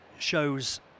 Shows